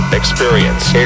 experience